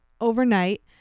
overnight